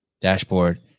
dashboard